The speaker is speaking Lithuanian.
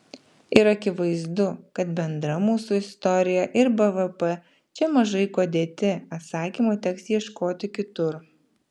ir akivaizdu kad bendra mūsų istorija ir bvp čia mažai kuo dėti atsakymo teks ieškoti kitur